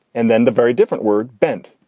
and then the very different word bent.